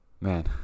man